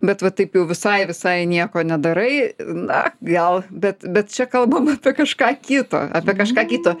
bet va taip jau visai visai nieko nedarai na gal bet bet čia kalbam apie kažką kito apie kažką kito